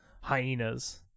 hyenas